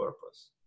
purpose